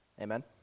Amen